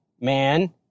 man